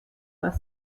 was